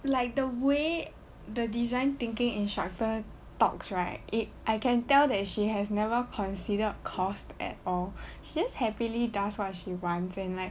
like the way the design thinking instructor talks right it I can tell that she has never considered cost at all she just happily does what she wants and like